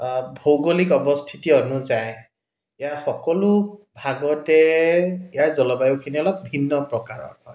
ভৌগোলিক অৱস্থিতিৰ অনুযায়ী ইয়াৰ সকলো ভাগতে ইয়াৰ জলবায়ুখিনি অলপ ভিন্ন প্ৰকাৰৰ হয়